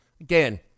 Again